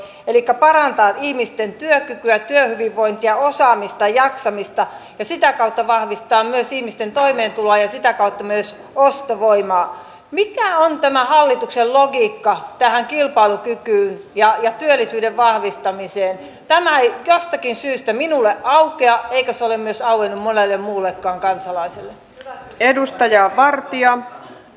miten te ministerit näette millä tavalla nämä päätökset joita toisaalta tehdään täällä eduskunnassa ja sitä kautta myös ostovoimaa mikä on tämän hallituksen logiikkaa joista toisaalta taas sitten kunnissa valtuutetut päättävät asettavat kunnat ja edessä oli myös olleen monelle muullekaan asukkaat eriarvoiseen asemaan